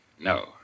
No